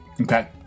okay